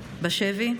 בשבי.